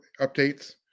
updates